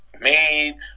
made